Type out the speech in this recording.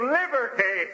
liberty